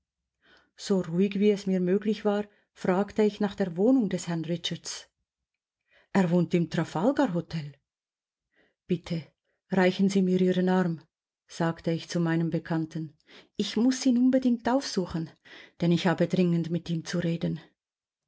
so ruhig wie es mir möglich war fragte ich nach der wohnung des herrn richards er wohnt im trafalgar hotel bitte reichen sie mir ihren arm sagte ich zu meinem bekannten ich muß ihn unbedingt aufsuchen denn ich habe dringend mit ihm zu reden